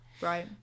Right